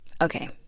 okay